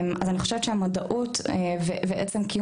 אז אני חושבת שהמודעות ועצם קיום